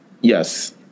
yes